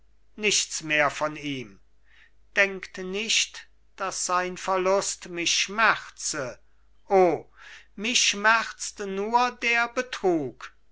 nichts mehr von ihm denkt nicht daß sein verlust mich schmerze o mich schmerzt nur der betrug